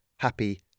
happy